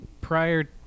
prior